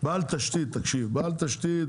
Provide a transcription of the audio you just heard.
בעל תשתית, תקשיב, בעל תשתית,